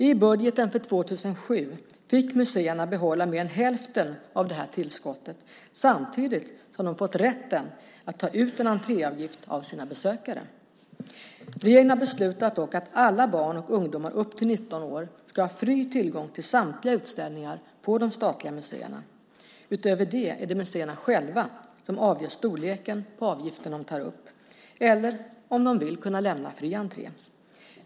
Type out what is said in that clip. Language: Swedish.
I budgeten för 2007 fick museerna behålla mer än hälften av det här tillskottet, samtidigt som de fick rätten att ta ut en entréavgift av sina besökare. Regeringen har dock beslutat att alla barn och ungdomar upp till 19 år ska ha fri tillgång till samtliga utställningar på de statliga museerna. Utöver detta är det museerna själva som avgör storleken på avgiften de tar upp, eller om de vill kunna lämna fri entré.